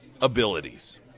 abilities